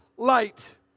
light